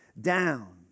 down